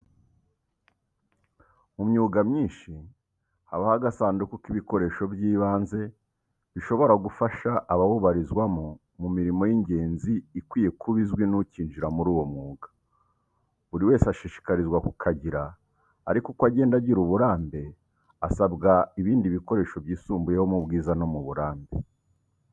Mu myuga myinshi, habaho agasanduku k'ibikoresho by'ibanze bishobora gufasha abawubarizwamo mu mirimo y'ingenzi ikwiye kuba izwi n'ukinjira muri uwo mwuga, buri wese ashishikarizwa kukagira ariko uko agenda agira uburambe, asabwa ibindi bikoresho byisumbuyeho, mu bwiza no mu burambe.